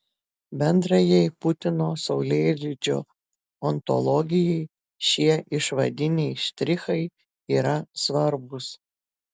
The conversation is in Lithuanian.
bendrajai putino saulėlydžio ontologijai šie išvadiniai štrichai yra svarbūs